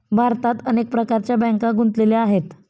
भारतात अनेक प्रकारच्या बँका गुंतलेल्या आहेत